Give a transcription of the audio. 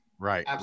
Right